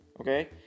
okay